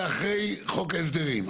לאחרי חוק ההסדרים.